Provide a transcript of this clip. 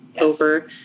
over